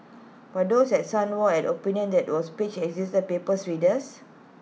but those at The Sun were opinion that was page existed paper's readers